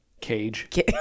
cage